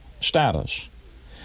status